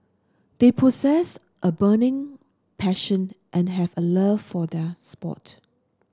they possess a burning passion and have a love for their sport